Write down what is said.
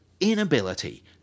inability